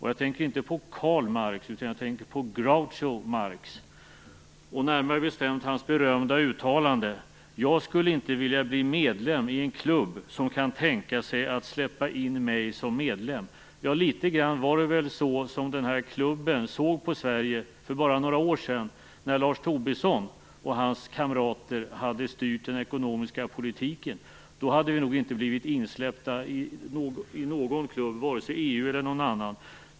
Jag tänker då inte på Karl Marx utan på Groucho Marx, närmare bestämt hans berömda uttalande: Jag skulle inte vilja bli medlem i en klubb som kan tänka sig att släppa in mig som medlem. Litet grand var det väl så den här klubben såg på Sverige för bara några år sedan, när Lars Tobisson och hans kamrater hade styrt den ekonomiska politiken. Då hade vi nog inte blivit insläppta i någon klubb, vare sig EU eller någon annan.